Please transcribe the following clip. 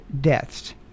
deaths